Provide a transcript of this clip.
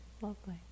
Lovely